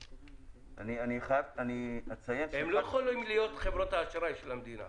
הם לא יכולים להיות חברות אשראי של המדינה.